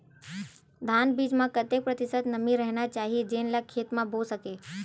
धान बीज म कतेक प्रतिशत नमी रहना चाही जेन ला खेत म बो सके?